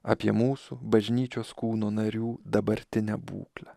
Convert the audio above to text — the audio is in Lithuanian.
apie mūsų bažnyčios kūno narių dabartinę būklę